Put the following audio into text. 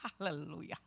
Hallelujah